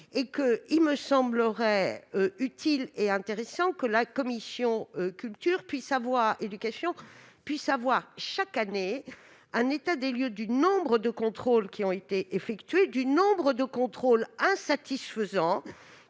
il me semblerait utile et intéressant que la commission de la culture et de l'éducation puisse disposer chaque année d'un état des lieux du nombre de contrôles effectués, du nombre de contrôles insatisfaisants